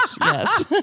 yes